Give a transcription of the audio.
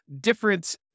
different